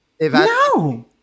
No